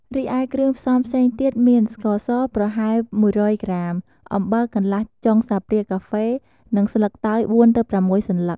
រិឯគ្រឿងផ្សំផ្សេងទៀតមាន ស្ករសប្រហែល១០០ក្រាម អំបិលកន្លះចុងស្លាបព្រាកាហ្វេ និងស្លឹកតើយ ៤ ទៅ ៦ សន្លឹក។